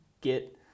get